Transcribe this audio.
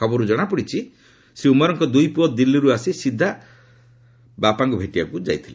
ଖବରରୁ ଜଣାପଡ଼ିଛି ଶ୍ରୀ ଉମରଙ୍କ ଦୁଇ ପୁଅ ଦିଲ୍ଲୀରୁ ଆସି ସିଧା ସେମାନଙ୍କ ବାପାଙ୍କ ଭେଟିବାକ୍ ଯାଇଥିଲେ